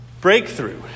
breakthrough